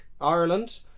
Ireland